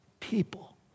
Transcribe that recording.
People